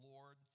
Lord